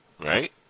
right